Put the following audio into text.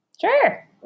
Sure